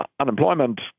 unemployment